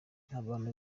abantu